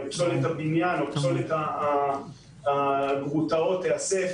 פסולת הבניין או פסולת הגרוטאות תיאסף